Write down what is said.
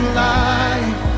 life